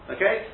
Okay